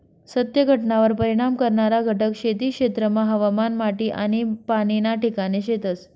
सत्य घटनावर परिणाम करणारा घटक खेती क्षेत्रमा हवामान, माटी आनी पाणी ना ठिकाणे शेतस